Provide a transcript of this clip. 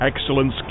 Excellence